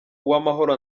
uwamahoro